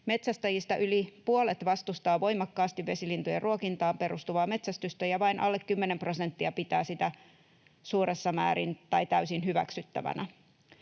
Metsästäjistä yli puolet vastustaa voimakkaasti vesilintujen ruokintaan perustuvaa metsästystä ja vain alle kymmenen prosenttia pitää sitä suuressa määrin tai täysin hyväksyttävänä.